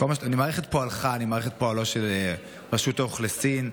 אני מעריך את פועלה של רשות האוכלוסין,